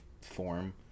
form